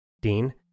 dean